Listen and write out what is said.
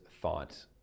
thought